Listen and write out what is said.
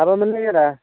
माबामोनलै आदा